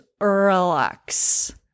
relax